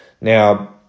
Now